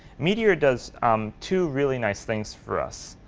meteor does um two really nice things for us.